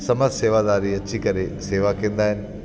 समाज सेवादारी अची करे शेवा कंदा आहिनि